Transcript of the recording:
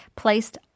placed